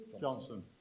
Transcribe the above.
Johnson